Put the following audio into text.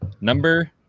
number